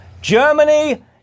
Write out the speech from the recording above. Germany